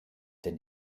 den